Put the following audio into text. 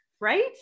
right